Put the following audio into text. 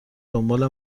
دنبال